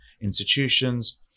institutions